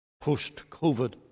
post-COVID